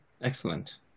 Excellent